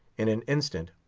in an instant,